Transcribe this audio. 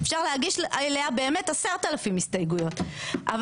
אפשר להגיש לה 10,000 הסתייגויות אבל